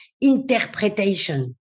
interpretation